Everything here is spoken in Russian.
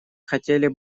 хотели